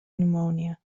pneumonia